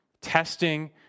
Testing